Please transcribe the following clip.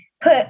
put